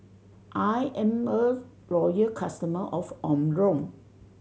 I am a loyal customer of Omron